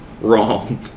wrong